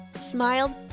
smiled